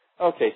okay